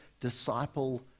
disciple